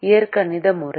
இயற்கணித முறை